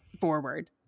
forward